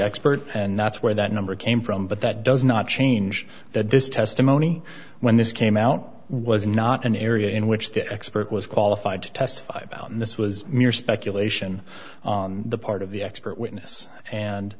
expert and that's where that number came from but that does not change that this testimony when this came out was not an area in which the expert was qualified to testify about and this was mere speculation on the part of the expert witness and